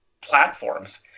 platforms